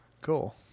Cool